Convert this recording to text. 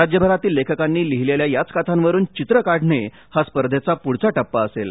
राज्यभरातील लेखकांनी लिहिलेल्या याच कथांवरुन चित्र काढणे हा स्पर्धेचा हा पुढचा टप्पा असेल